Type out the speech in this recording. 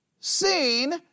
Seen